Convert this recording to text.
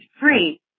free